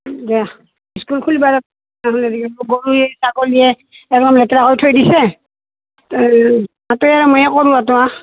দে school খুলিব গৰুৱে ছাগলীয়ে একদম লেতেৰা কৰি থৈ দিছে তাতে মই